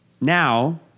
now